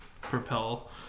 propel